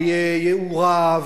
והוא רב,